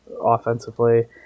offensively